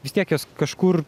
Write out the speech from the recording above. vis tiek jos kažkur